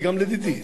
וגם לדידי,